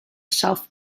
self